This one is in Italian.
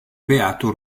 beato